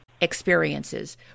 experiences